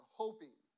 hoping